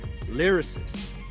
lyricist